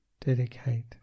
dedicate